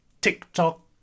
TikTok